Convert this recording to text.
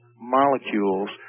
molecules